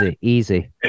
easy